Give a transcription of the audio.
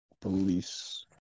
Police